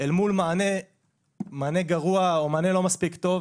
מול מענה גרוע או מענה לא מספיק טוב,